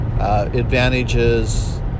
advantages